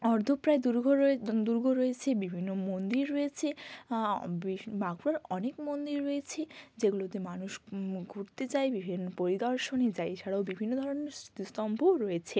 অর্ধ প্রায় দুর্গ রয়ে দুর্গ রয়েছে বিভিন্ন মন্দির রয়েছে বিষ্ণু বাঁকুড়ার অনেক মন্দির রয়েছে যেগুলোতে মানুষ ঘুরতে যায় বিভিন্ন পরিদর্শনে যায় এছাড়াও বিভিন্ন ধরনের স্তিতি স্তম্ভও রয়েছে